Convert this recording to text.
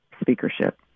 speakership